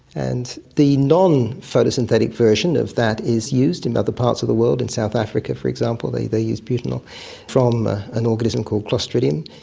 and the non-photosynthetic version of that is used in other parts of the world, in south africa for example they they use butanol from ah an organism called clostridium.